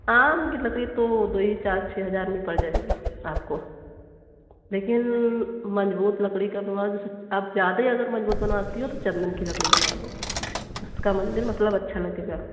आम की लकड़ी तो दो ही चार छः हजार में पड़ जाएगी आपको लेकिन मजबूत लकड़ी का तो आप ज्यादे अगर मजबूत बनवाती हो तो चंदन की लकड़ी बनवा लो उसका मंदिर मतलब अच्छा लगेगा